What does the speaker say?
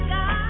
God